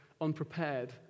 unprepared